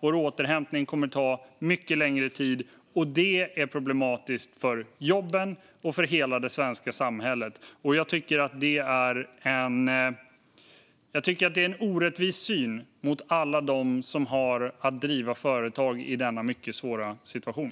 Vår återhämning kommer att ta mycket längre tid. Det är problematiskt för jobben och för hela det svenska samhället. Jag tycker att det är en orättvis syn gentemot alla dem som har att driva företag i denna mycket svåra situation.